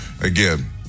Again